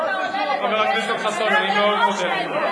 חבר הכנסת חסון, אני מאוד מודה לך.